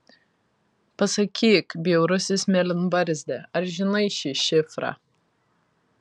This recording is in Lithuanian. pasakyk bjaurusis mėlynbarzdi ar žinai šį šifrą